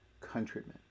countrymen